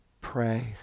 pray